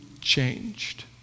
changed